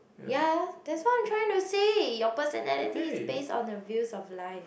ya that's what I'm trying to say your personality is based on the views of life